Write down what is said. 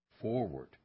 forward